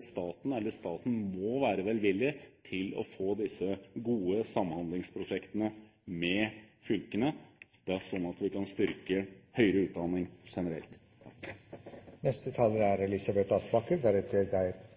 staten må være velvillig til å få disse gode samhandlingsprosjektene med fylkene, sånn at vi kan styrke høyere utdanning generelt.